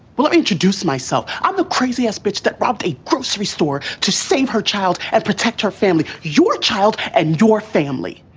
but let me introduce myself. i'm the craziest bitch that robbed a grocery store to save her child and protect her family. your child and your family.